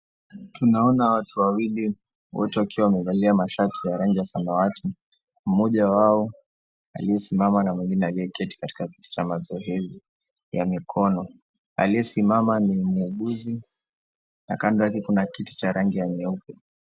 Tunaona watu wawili wote wakiwa wamevalia mashati ya rangi ya samawati, mmoja wao aliyesimama na mwingine aliyeketi katika kiti cha mazoezi ya mikono. Aliyesimama ni muuguzi na kando yake kuna kiti cha rangi ya nyeupe.